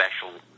special